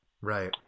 Right